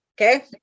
Okay